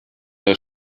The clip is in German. der